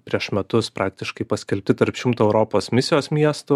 prieš metus praktiškai paskelbti tarp šimto europos misijos miestų